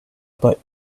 but